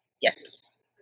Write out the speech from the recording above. Yes